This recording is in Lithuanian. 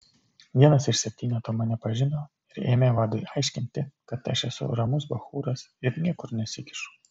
vienas iš septyneto mane pažino ir ėmė vadui aiškinti kad aš esu ramus bachūras ir niekur nesikišu